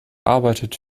arbeitet